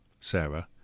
Sarah